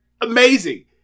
Amazing